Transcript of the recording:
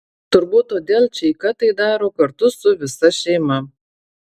turbūt todėl čeika tai daro kartu su visa šeima